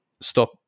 stop